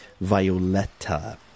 Violetta